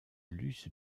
luce